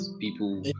people